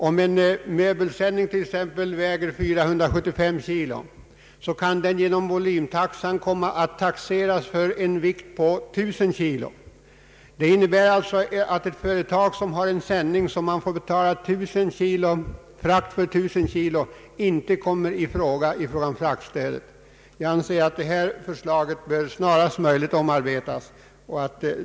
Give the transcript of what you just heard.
Om t.ex. en möbelsändning väger 475 kg, kan den genom volymtaxan komma att taxeras för en vikt på 1000 kg. Det innebär att ett företag som i själva verket får betala frakt för 1000 kg inte kommer i fråga när det gäller fraktstöd. Jag anser att det här förslaget snarast möjligt bör omarbetas.